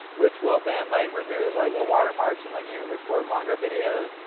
which will then like remove like little watermarks, and let you record longer videos,